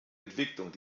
entwicklung